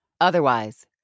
Otherwise